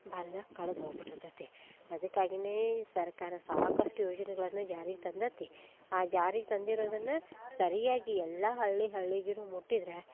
ಬಾಲ್ಯ ಕಳೆದು ಹೋಗಿ ಬಿಟ್ಟಿರ್ತೈತಿ ಅದಕ್ಕಾಗಿಯೇ ಸರ್ಕಾರ ಸಾಕಷ್ಟು ಯೋಜನೆಗಳನ್ನು ಜಾರಿಗೆ ತಂದೈತಿ ಆ ಜಾರಿಗೆ ತಂದಿರೋದನ್ನು ಸರಿಯಾಗಿ ಎಲ್ಲ ಹಳ್ಳಿ ಹಳ್ಳಿಗೂನು ಮುಟ್ಟಿದ್ರೆ